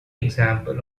example